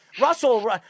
Russell